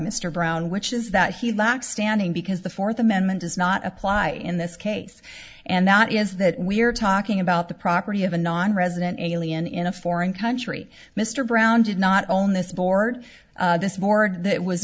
mr brown which is that he lacks standing because the fourth amendment does not apply in this case and that is that we're talking about the property of a nonresident alien in a foreign country mr brown did not own this board this morning that